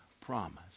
promise